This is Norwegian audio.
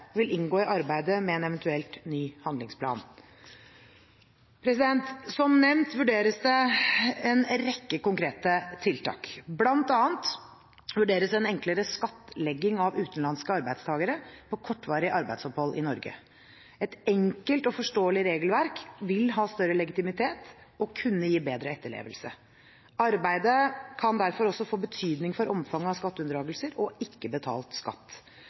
vil inngå i arbeidet med en eventuell ny handlingsplan. Som nevnt vurderes det en rekke konkrete tiltak, bl.a. enklere skattlegging av utenlandske arbeidstakere på kortvarig arbeidsopphold i Norge. Et enkelt og forståelig regelverk vil ha større legitimitet og kunne gi bedre etterlevelse. Arbeidet kan derfor også få betydning for omfanget av skatteunndragelser og ikke betalt skatt.